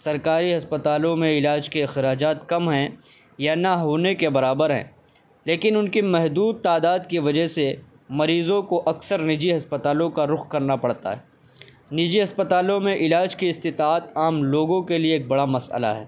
سرکاری ہسپتالوں میں علاج کے اخراجات کم ہیں یا نہ ہونے کے برابر ہیں لیکن ان کی محدود تعداد کی وجہ سے مریضوں کو اکثر نجی ہسپتالوں کا رخ کرنا پڑتا ہے نجی اسپتالوں میں علاج کی استطاعت عام لوگوں کے لیے ایک بڑا مسئلہ ہے